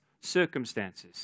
circumstances